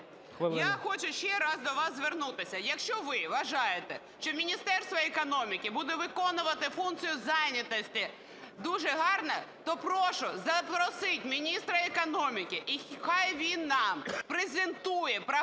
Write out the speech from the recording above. я хочу ще раз до вас звернутися. Якщо ви вважаєте, що Міністерство економіки буде виконувати функцію зайнятості дуже гарно, то прошу запросити міністра економіки, і нехай він нам презентує програму